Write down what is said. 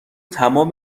تمام